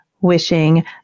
wishing